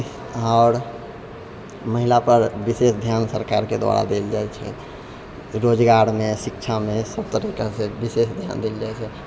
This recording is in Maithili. आओर महिलापर विशेष ध्यान सरकारके द्वारा देल जाइ छै रोजगारमे शिक्षामे सभ तरीकासँ विशेष ध्यान देल जाइ छै